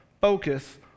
focus